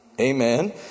amen